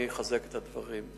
אני אחזק את הדברים.